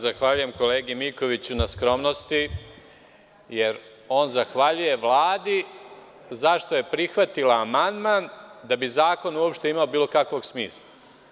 Zahvaljujem se kolegi Mikoviću na skromnosti, jer on zahvaljuje Vladi što je prihvatila amandman, da bi zakon uopšte imao bilo kakvog smisla.